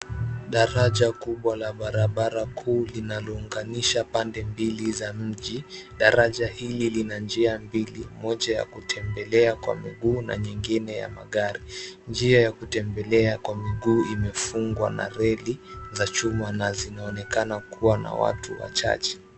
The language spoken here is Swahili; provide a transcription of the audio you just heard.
Daraja kubwa la barabara kuu inaunganisha pande mbili za mji. Daraja hili lina njia mbili, moja ya kutembelea kwa miguu na nyingine ya magari. Njia ya kutembelea kwa miguu imefungwa na reli ya chuma na inaonekana kuwa na watu wachache.